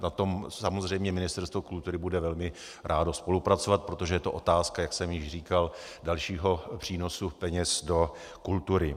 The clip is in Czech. Na tom samozřejmě Ministerstvo kultury bude velmi rádo spolupracovat, protože to je otázka, jak jsem již říkal, dalšího přínosu peněz do kultury.